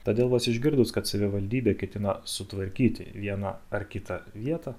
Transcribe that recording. todėl vos išgirdus kad savivaldybė ketina sutvarkyti vieną ar kitą vietą